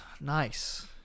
Nice